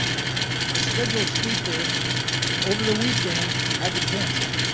our scheduled speaker over the weekend had to cancel,